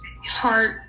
heart